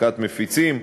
העסקת מפיצים,